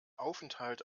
aufenthalt